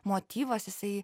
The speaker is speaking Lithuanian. motyvas jisai